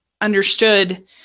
understood